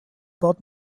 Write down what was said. bad